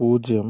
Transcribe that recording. പൂജ്യം